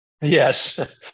Yes